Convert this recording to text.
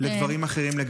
לדברים אחרים לגמרי.